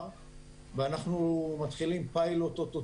ואנחנו או-טו-טו מתחילים פיילוט של